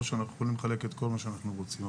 שאנחנו יכולים לחלק את כל מה שאנחנו רוצים.